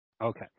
Okay